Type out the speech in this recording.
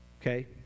Okay